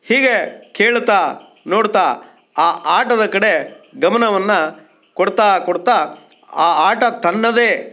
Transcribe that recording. ಹೀಗೇ ಕೇಳ್ತಾ ನೋಡ್ತಾ ಆ ಆಟದ ಕಡೆ ಗಮನವನ್ನು ಕೊಡ್ತಾ ಕೊಡ್ತಾ ಆ ಆಟ ತನ್ನದೇ